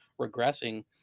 regressing